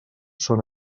són